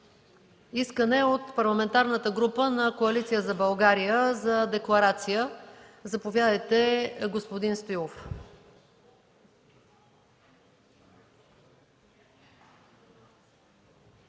Искане на Парламентарната група на „Коалиция за България” за декларация. Заповядайте, господин Стоилов.